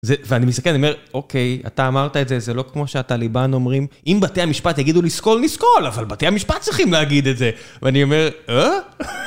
ואני מסתכל, אני אומר, אוקיי, אתה אמרת את זה, זה לא כמו שהטליבן אומרים. אם בתי המשפט יגידו לסקול, נסקול, אבל בתי המשפט צריכים להגיד את זה. ואני אומר, אה?